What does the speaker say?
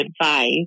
advice